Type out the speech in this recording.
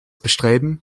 bestreben